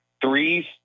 Threes